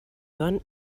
joan